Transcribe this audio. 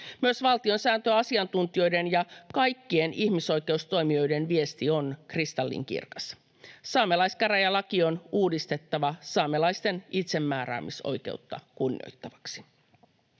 Myös valtiosääntöasiantuntijoiden ja kaikkien ihmisoikeustoimijoiden viesti on kristallinkirkas: saamelaiskäräjälaki on uudistettava saamelaisten itsemääräämisoikeutta kunnioittavaksi.